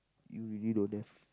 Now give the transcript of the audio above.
you really don't have